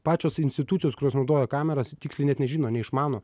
pačios institucijos kurios naudoja kameras tiksliai net nežino neišmano